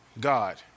God